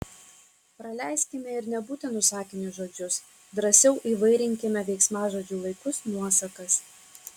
praleiskime ir nebūtinus sakiniui žodžius drąsiau įvairinkime veiksmažodžių laikus nuosakas